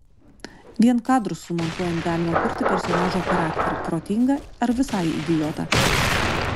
vien kadrus sumontuojant galima kurti personažo charakterį protingą ar visai idiotą